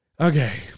Okay